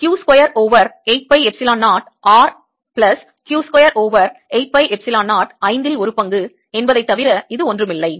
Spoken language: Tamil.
Q square over 8 pi epsilon 0 R plus Q square over 8 pi epsilon 0 ஐந்தில் ஒரு பங்கு என்பதைத் தவிர இது ஒன்றும் இல்லை